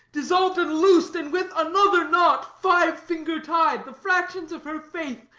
dissolv'd, and loos'd and with another knot, five-finger-tied, the fractions of her faith,